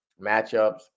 matchups